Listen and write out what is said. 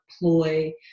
ploy